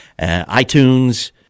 iTunes